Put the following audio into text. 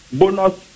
bonus